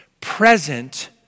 present